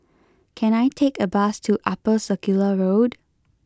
can I take a bus to Upper Circular Road